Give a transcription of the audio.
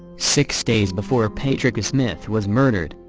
six days before patrica smith was murdered,